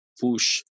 push